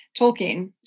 Tolkien